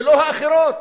ולא האחרות,